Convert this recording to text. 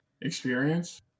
Experience